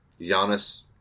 Giannis